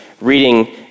reading